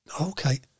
Okay